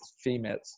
females